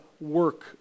work